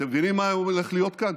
אתם מבינים מה הולך להיות כאן?